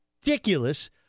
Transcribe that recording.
ridiculous